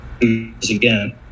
again